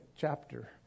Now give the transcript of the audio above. chapter